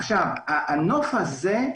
הנוף הזה,